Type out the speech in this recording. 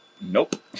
nope